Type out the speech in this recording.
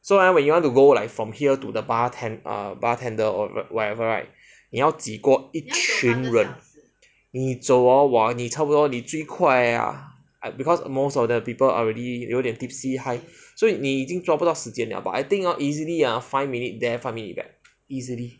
so ah when you want to go like from here to the barten~ err bartender or whatever right 你要挤过一群人你走哦 !wah! 你差不多你最快啊 like because most of the people are already 有点 tipsy high so 你已经抓不到时间了 but I think hor easily ah five minutes there five minutes back easily